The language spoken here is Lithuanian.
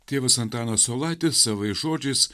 tėvas antanas saulaitis savais žodžiais